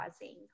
causing